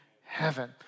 heaven